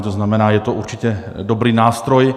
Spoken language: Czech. To znamená, je to určitě dobrý nástroj.